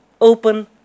open